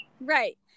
Right